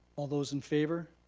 all those in favour?